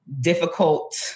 difficult